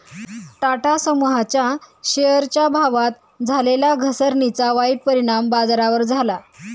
टाटा समूहाच्या शेअरच्या भावात झालेल्या घसरणीचा वाईट परिणाम बाजारावर झाला